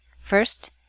First